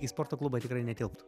į sporto klubą tikrai netilptų